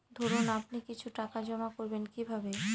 ধরুন আপনি কিছু টাকা জমা করবেন কিভাবে?